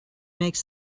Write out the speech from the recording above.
makes